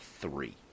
three